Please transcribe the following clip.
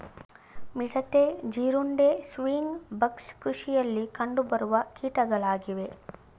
ಮಿಡತೆ, ಜೀರುಂಡೆ, sting bugs ಕೃಷಿಯಲ್ಲಿ ಕಂಡುಬರುವ ಕೀಟಗಳಾಗಿವೆ